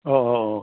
অঁ অঁ অঁ